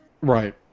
Right